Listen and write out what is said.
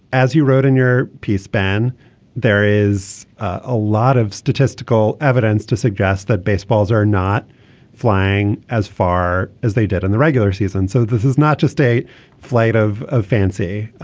as you wrote in your piece ban there is a lot of statistical evidence to suggest that baseballs are not flying as far as they did in the regular season so this is not just a flight of of fancy.